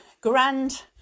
grand